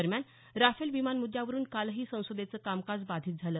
दरम्यान राफेल विमान मुद्यावरुन कालही संसदेचं कामकाज बाधित झालं